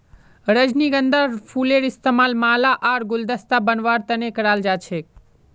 रजनीगंधार फूलेर इस्तमाल माला आर गुलदस्ता बनव्वार तने कराल जा छेक